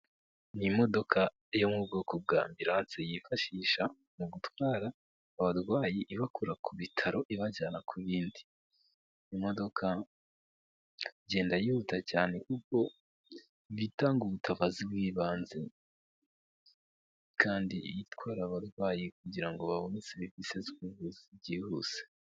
Ni imodoka yo mu bwoko bwa Ambirance yifashisha mu gutwara abarwayi ibakura ku bitaro ibajyana ku bindi. Imodoka igenda yihuta cyane kuko iba itanga ubutabazi bw'ibanze. Kandi itwara abarwayi kugira ngo babone serivisi zubuvu byihuse.